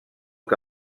que